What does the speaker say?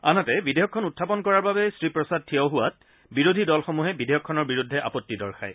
আনহাতে বিধেয়কখন উখাপন কৰাৰ বাবে শ্ৰীপ্ৰসাদ থিয় হোৱাত বিৰোধী দলসমূহে বিধেয়কখনৰ বিৰুদ্ধে আপত্তি দৰ্শায়